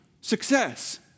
success